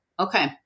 Okay